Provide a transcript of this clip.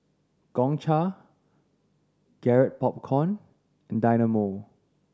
Gongcha Garrett Popcorn and Dynamo